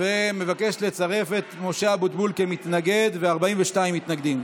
ומבקש לצרף את משה אבוטבול כמתנגד, 42 מתנגדים.